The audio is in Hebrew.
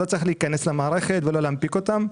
לא צריך להיכנס למערכת ולא להנפיק אותן.